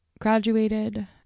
graduated